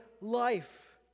life